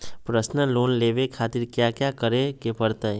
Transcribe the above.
Personal loan लेवे खातिर कया क्या करे पड़तइ?